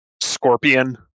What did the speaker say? scorpion